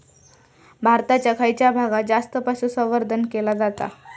भारताच्या खयच्या भागात जास्त पशुसंवर्धन केला जाता?